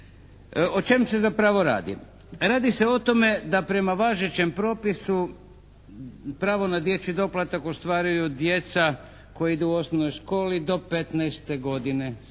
O čemu se zapravo radi? Radi se o tome da prema važećem propisu pravo na dječji doplatak ostvaruju djeca koja idu u osnovnoj školi do 15 godine